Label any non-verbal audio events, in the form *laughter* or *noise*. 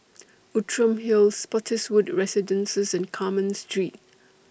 *noise* Outram Hill Spottiswoode Residences and Carmen Street